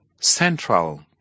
central